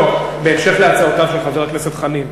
לא, בהמשך להצעותיו של חבר הכנסת חנין.